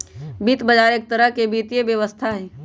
वित्त बजार एक तरह से वित्तीय व्यवस्था हई